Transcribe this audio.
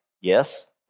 Yes